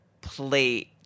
plate